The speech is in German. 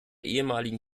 ehemaligen